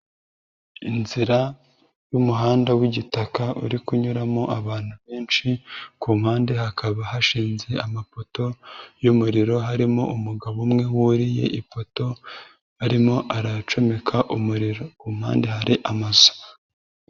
Inzira y'umuhanda w'igitaka uri kunyuramo abantu benshi, ku mpande hakaba hashinze amapoto y'umuriro, harimo umugabo umwe wuriye ipoto, arimo aracomeka umuriro ku mpande hari amazu.